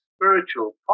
Spiritual